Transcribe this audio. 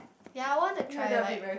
ya I want to try like